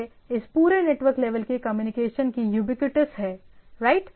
यह इस पूरे नेटवर्क लेवल के कम्युनिकेशन की यूबीक्यूटसनेस है राइट